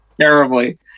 terribly